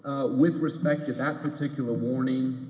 out with respect to that particular warning